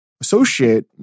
associate